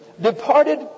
departed